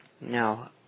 No